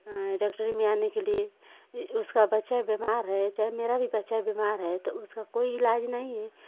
डॉक्टरी में आने के लिए उसका बच्चा बीमार है चाहे मेरा भी बच्चा बीमार है तो उसका कोई इलाज़ नहीं है